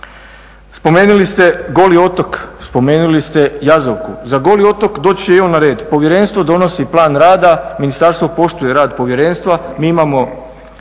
Spomenuli ste Goli otok, spomenuli ste Jazovku. Za Goli otok doći će i on na red. Povjerenstvo donosi plan rada, ministarstvo poštuje rad povjerenstva.